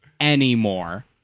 anymore